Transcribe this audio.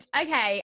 Okay